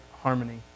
harmony